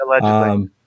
Allegedly